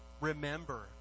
remember